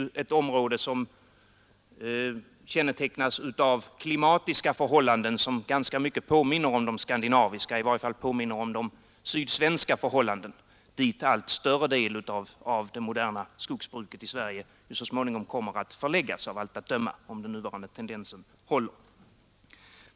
Denna stat kännetecknas av klimatiska förhållanden som ganska mycket påminner om de som råder i Skandinavien och i varje fall i Sydsverige, dit allt större del av det moderna skogsbruket i Sverige så småningom kommer att förläggas, om den nuvarande tendensen håller.